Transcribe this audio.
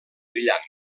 brillant